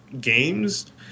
games